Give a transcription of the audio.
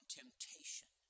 temptation